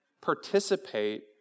participate